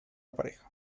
pareja